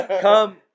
come